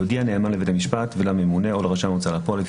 יודיע הנאמן לבית המשפט ולממונה או לרשם ההוצאה לפועל,